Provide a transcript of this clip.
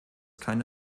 keine